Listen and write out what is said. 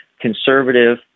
conservative